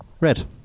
red